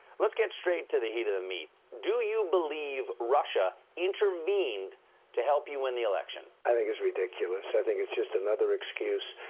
let's get right to the heat of the meat do you believe russia intervened to help you win the election? i think it's ridiculous. i think it's just another excuse.